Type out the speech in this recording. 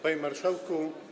Panie Marszałku!